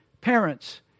Parents